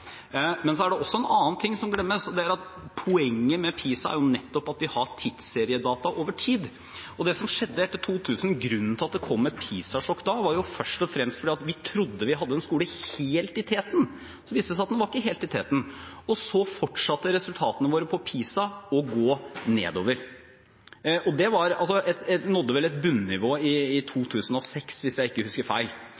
En annen ting som glemmes, er at poenget med PISA nettopp er at vi har tidsseriedata over tid. Etter 2000 kom et PISA-sjokk, og grunnen til det var at vi først og fremst trodde vi hadde en skole som var helt i teten. Men så viste det seg at den var ikke helt i teten, og så fortsatte resultatene våre på PISA å gå nedover. Det nådde et bunnivå i 2006, hvis jeg ikke husker feil. Dette var en bekymringsfull utvikling. For eksempel skjedde noe av det samme i